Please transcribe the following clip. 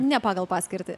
ne pagal paskirtį